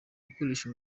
gukoresha